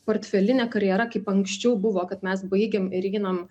portfelinė karjera kaip anksčiau buvo kad mes baigėm ir einam